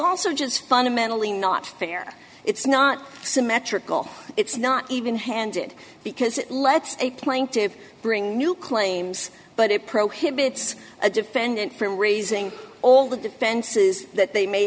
also just in a mentally not fair it's not symmetrical it's not even handed because let's say playing to bring new claims but it prohibits a defendant from raising all the defenses that they may